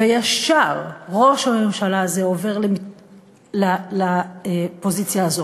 וישר ראש הממשלה הזה עובר לפוזיציה הזאת,